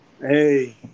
Hey